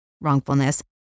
wrongfulness